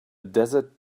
desert